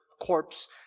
corpse